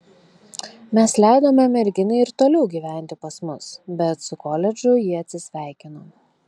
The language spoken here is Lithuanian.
mes leidome merginai ir toliau gyventi pas mus bet su koledžu ji atsisveikino